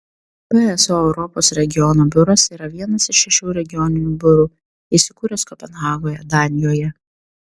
pso europos regiono biuras yra vienas iš šešių regioninių biurų įsikūręs kopenhagoje danijoje